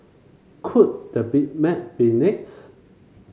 could the Big Mac be next